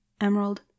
Emerald